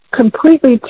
completely